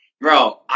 Bro